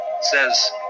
says